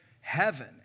Heaven